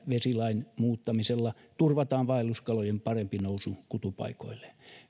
vesilain muuttamisella turvataan vaelluskalojen parempi nousu kutupaikoille